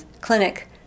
clinic